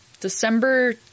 December